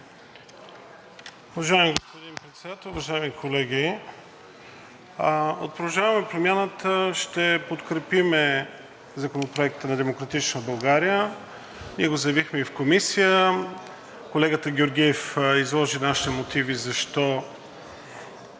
Уважаеми господин Председател, уважаеми колеги! От „Продължаваме Промяната“ ще подкрепим Законопроекта на „Демократична България“. Ние го заявихме и в Комисията. Колегата Георгиев изложи нашите мотиви защо